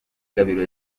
gabiro